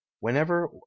Whenever